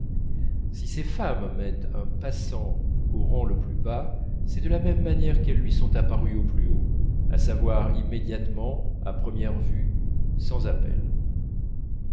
si ces femmes mettent un passant au rang le plus bas c'est de la même manière qu'elles lui sont apparues au plus haut à savoir immédiatement à première vue sans appel